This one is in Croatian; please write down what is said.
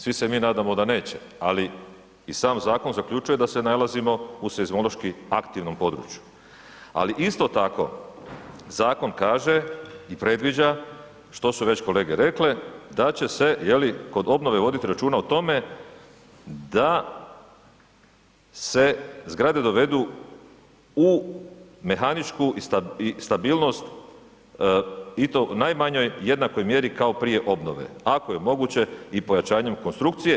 Svi se mi nadamo da neće, ali i sam zakon zaključuje da se nalazimo u seizmološki aktivnom području, ali isto tako zakon kaže i predviđa što su već kolege rekle da će se kod obnove voditi računa o tome da se zgrade dovedu u mehaničku stabilnost i to u najmanje jednakoj mjeri kao prije obnove, ako je moguće i pojačanjem konstrukcije.